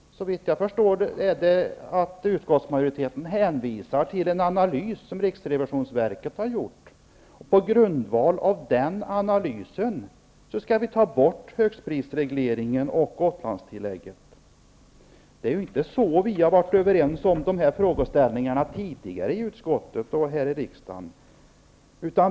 Såvitt jag förstår hänvisar utskottsmajoriteten till en analys som riksrevisionsverket har gjort. På grundval av den analysen skall vi ta bort högstprisregleringen och Det är inte på det sättet som vi har varit överens beträffande dessa frågeställningar tidigare i utskottet och här i kammaren.